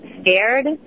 scared